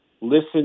listen